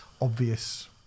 obvious